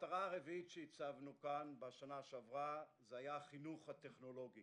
המטרה הרביעית שהצבנו כאן בשנה שעברה היה החינוך הטכנולוגי